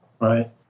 Right